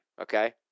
okay